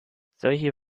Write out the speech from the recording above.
solche